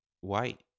white